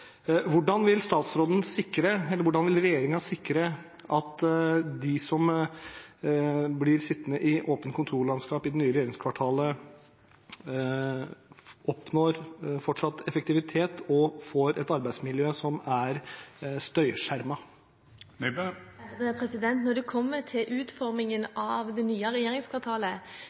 Hvordan vil regjeringen sikre at de som blir sittende i åpent kontorlandskap i det nye regjeringskvartalet, oppnår fortsatt effektivitet og får et arbeidsmiljø som er støyskjermet? Når det kommer til utformingen av det nye regjeringskvartalet,